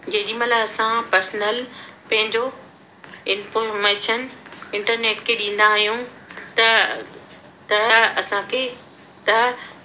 जेॾी महिल असां पर्सनल पंहिंजो इंफ़ोर्मेशन इंटरनेट के ॾींदा आहियूं त त असां के त